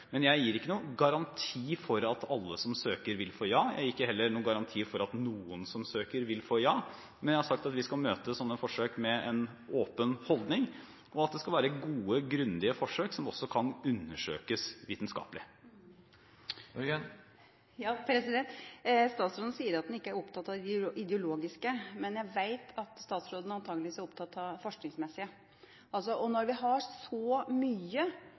Jeg gir ingen garanti for at alle som søker, vil få ja, og jeg gir heller ingen garanti for at noen som søker, vil få ja. Men jeg har sagt at vi skal møte slike forsøk med en åpen holdning, og at det skal være gode, grundige forsøk som også kan undersøkes vitenskapelig. Statsråden sier at han ikke er opptatt av det ideologiske, men jeg vet at statsråden antageligvis er opptatt av det forskningsmessige. Og når vi har så mye,